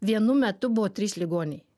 vienu metu buvo trys ligoniai